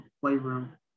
Playroom